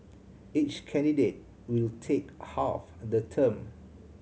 each candidate will take half the term